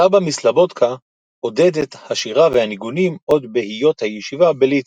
הסבא מסלבודקה עודד את השירה והניגונים עוד בהיות הישיבה בליטא.